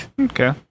Okay